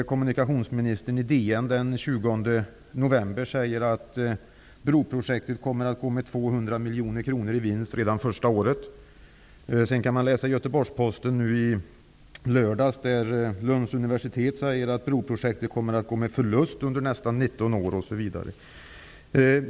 I DN från den 20 november står det att broprojektet, enligt kommunikationsministern, kommer att gå med 200 miljoner kronor i vinst redan första året. I Göteborgs-Posten från i lördags kan man läsa att broprojektet, enligt Lunds univeristet, kommer att gå med förlust under nästan 19 år.